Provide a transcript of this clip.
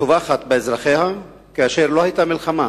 טובחת באזרחיה כאשר לא היתה מלחמה.